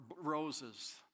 roses